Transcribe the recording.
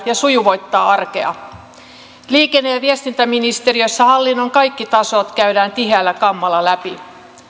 ja sujuvoittaa arkea liikenne ja ja viestintäministeriössä hallinnon kaikki tasot käydään tiheällä kammalla läpi